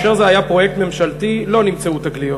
כאשר זה היה פרויקט ממשלתי לא נמצאו תגליות,